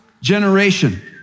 generation